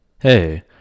Hey